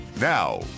Now